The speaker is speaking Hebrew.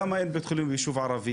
למה אין בית חולים ביישוב ערבי?